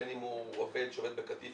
בין אם הוא עובד שעובד בקטיף,